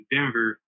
Denver